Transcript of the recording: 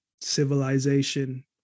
civilization